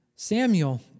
Samuel